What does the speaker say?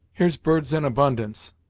here's birds in abundance,